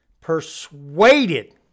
persuaded